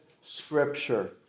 scripture